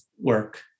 work